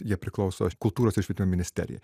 jie priklauso kultūros ir švietimo ministerijai